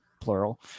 Plural